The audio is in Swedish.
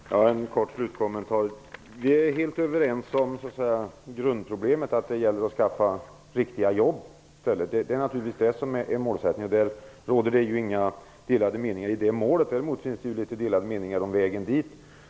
Herr talman! Jag har en kort slutkommentar. Vi är helt överens om grundproblemet, att det gäller att skaffa riktiga jobb. Det är naturligtvis detta som är målsättningen. Därom råder det inga delade meningar. Däremot finns det delade meningar om vägen dit.